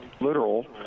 literal